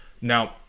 now